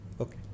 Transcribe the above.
Okay